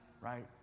right